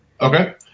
Okay